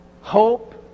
Hope